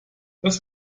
das